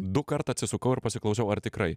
du kart atsisukau ir pasiklausau ar tikrai